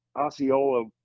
Osceola